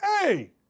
Hey